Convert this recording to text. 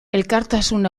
elkartasun